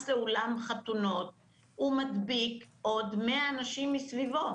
לאולם חתונות הוא מדביק עוד 100 אנשים מסביבו,